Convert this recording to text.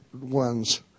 ones